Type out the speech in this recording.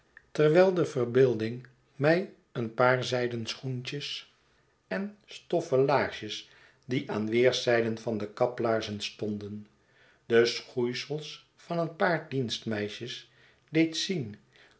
terwijl de verbeelding mij in een paar zijden schoentjes en stoffen laarsjes die aan weerszijden van de kaplaarzen stonden de schoeisels van een paar dienstmeisjes deed zien